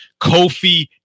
Kofi